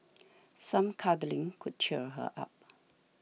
some cuddling could cheer her up